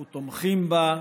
אנחנו תומכים בה.